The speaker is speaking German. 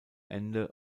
ende